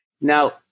Now